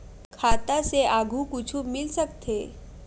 खाता से आगे कुछु मिल सकथे?